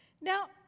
Now